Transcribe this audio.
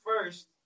first